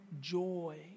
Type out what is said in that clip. joy